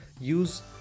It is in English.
use